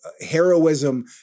heroism